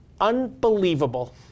Unbelievable